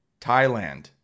Thailand